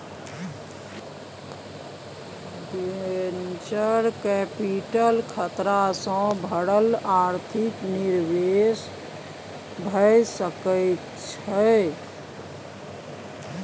venture capital खतरा सँ भरल आर्थिक निवेश भए सकइ छइ